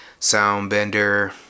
soundbender